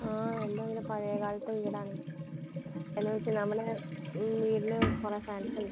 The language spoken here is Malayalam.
ആ എൻ്റെ അങ്ങനെ പഴയ കാലത്തെ വീടാണെൽ എന്നു വെച്ച് നമ്മുടെ ഈ വീടിന് കുറെ ഫാൻസുണ്ട്